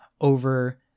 over